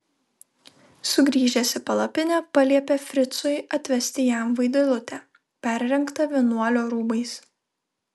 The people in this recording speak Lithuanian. sugrįžęs į palapinę paliepė fricui atvesti jam vaidilutę perrengtą vienuolio rūbais